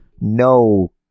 no